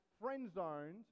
friend-zoned